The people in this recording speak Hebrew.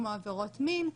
כמו עבירות מין,